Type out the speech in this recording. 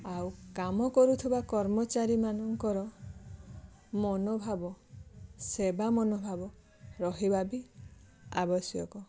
ଆଉ କାମ କରୁଥିବା କର୍ମଚାରୀ ମାନଙ୍କର ମନଭାବ ସେବା ମନଭାବ ରହିବା ବି ଆବଶ୍ୟକ